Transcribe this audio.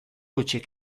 hutsik